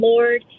Lord